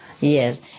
Yes